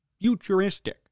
futuristic